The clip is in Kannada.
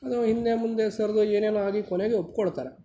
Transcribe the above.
ಅದು ಹಿಂದೆ ಮುಂದೆ ಸರಿದು ಏನೇನೊ ಆಗಿ ಕೊನೆಗೆ ಒಪ್ಕೋಳ್ತಾರೆ